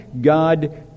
God